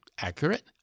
Accurate